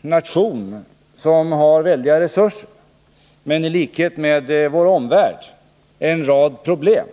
nation med mycket stora resurser men också, i likhet med vår omvärld, en rad problem.